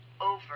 over